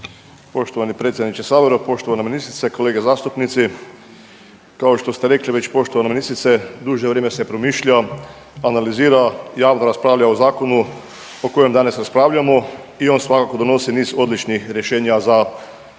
Poštovani predsjedniče sabora, poštovana ministrice, kolege zastupnici, kao što ste rekli već poštovana ministrice duže vrijeme se promišlja, analizira, javno raspravlja o zakonu o kojem danas raspravljamo i on svakako donosi niz odličnih rješenja za naše umjetnike.